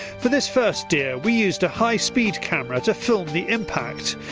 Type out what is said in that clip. for this first deer we used a high speed camera to film the impact.